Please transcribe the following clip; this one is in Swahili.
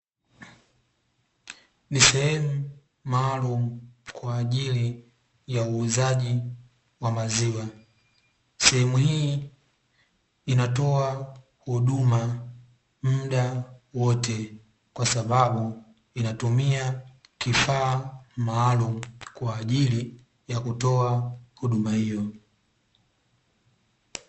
Ni sehemu maalumu kwa ajili ya uuzaji wa maziwa, sehemu hii inatoa huduma muda wote kwa sababu inatumia kifaa maalumu kwa ajili ya kutoa huduma hiyo.